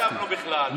לא ישבנו בכלל.